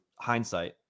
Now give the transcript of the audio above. hindsight